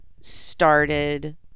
started